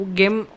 game